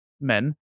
men